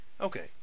Okay